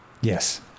yes